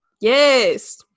Yes